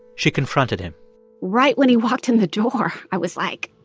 she confronted him right when he walked in the door, i was, like,